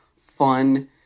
fun